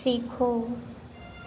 सीखो